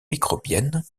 microbienne